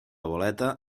boleta